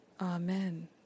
Amen